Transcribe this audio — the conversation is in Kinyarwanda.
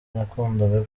nakundaga